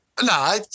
No